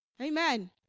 Amen